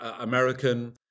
American